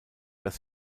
das